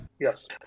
Yes